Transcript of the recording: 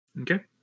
Okay